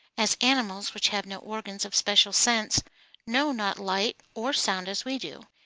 as animals which have no organs of special sense know not light or sound as we do,